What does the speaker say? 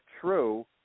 true